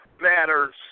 matters